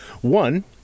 One